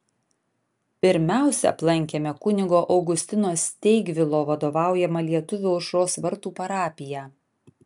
pirmiausia aplankėme kunigo augustino steigvilo vadovaujamą lietuvių aušros vartų parapiją